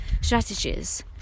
strategies